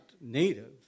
native